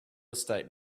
estate